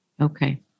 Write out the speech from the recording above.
Okay